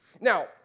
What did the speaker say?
Now